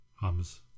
Hums